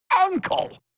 Uncle